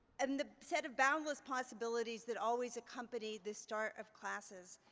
and the set of boundless possibilities that always accompany the start of classes.